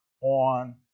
on